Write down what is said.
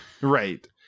right